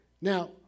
Now